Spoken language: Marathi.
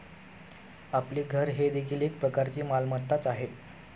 आपले घर हे देखील एक प्रकारची मालमत्ताच आहे